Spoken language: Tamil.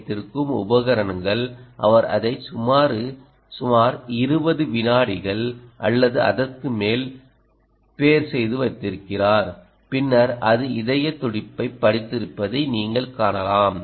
வைத்திருக்கும் உபகரணங்கள் அவர் அதை சுமார் 20 வினாடிகள் அல்லது அதற்கு மேல் பேர் செய்து வைத்திருக்கிறார் பின்னர் அது இதயத் துடிப்பைப் படித்திருப்பதை நீங்கள் காணலாம்